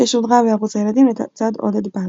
ששודרה ב"ערוץ הילדים", לצד עודד פז.